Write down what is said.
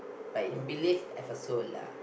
but in believe ever saw lah